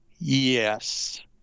Yes